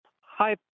Hi